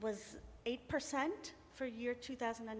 was eight percent for year two thousand a